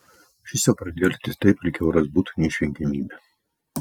šis jau pradėjo elgtis taip lyg euras būtų neišvengiamybė